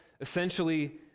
essentially